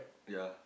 ya